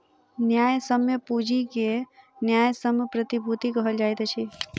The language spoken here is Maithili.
न्यायसम्य पूंजी के न्यायसम्य प्रतिभूति कहल जाइत अछि